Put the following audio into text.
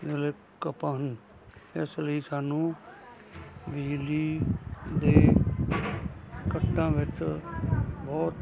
ਇਸ ਲਈ ਸਾਨੂੰ ਬਿਜਲੀ ਦੇ ਕੱਟਾਂ ਵਿੱਚ ਬਹੁਤ